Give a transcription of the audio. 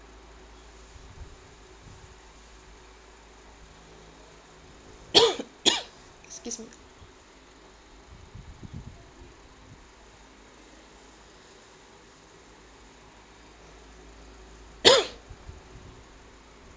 excuse me